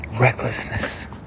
recklessness